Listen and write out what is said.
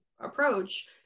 approach